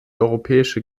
europäische